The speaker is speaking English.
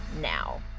now